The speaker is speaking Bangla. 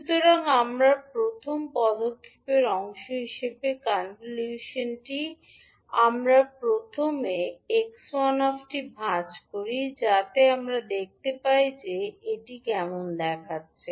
সুতরাং আমাদের প্রথম পদক্ষেপের অংশ হিসাবে কনভলিউশনটি আমরা প্রথমে 𝑥1 𝑡 ভাজ করি যাতে আমরা দেখতে চাই যে এটি কেমন দেখাচ্ছে